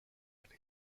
and